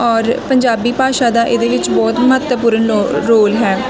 ਔਰ ਪੰਜਾਬੀ ਭਾਸ਼ਾ ਦਾ ਇਹਦੇ ਵਿੱਚ ਬਹੁਤ ਮਹੱਤਵਪੂਰਨ ਲੋ ਰੋਲ ਹੈ